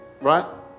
Right